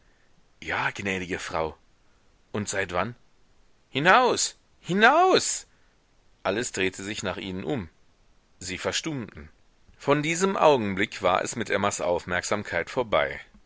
ja gnädige frau und seit wann hinaus hinaus alles drehte sich nach ihnen um sie verstummten von diesem augenblick war es mit emmas aufmerksamkeit vorbei